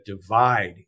divide